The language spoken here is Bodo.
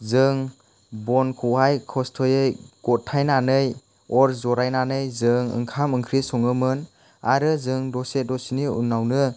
जों बनखौहाय खस्थ'यै गथायनानै अर जलायनानै जों ओंखाम ओंख्रि सङोमोन आरो जों दसे दसेनि उनावनो